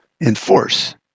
enforce